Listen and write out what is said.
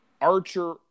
Archer